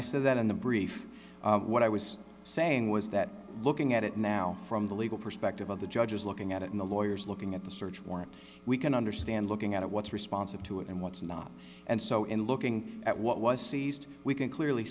i said that in the brief what i was saying was that looking at it now from the legal perspective of the judges looking at it in the lawyers looking at the search warrant we can understand looking at it what's responsive to it and what's not and so in looking at what was seized we can clearly